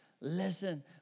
Listen